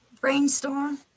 Brainstorm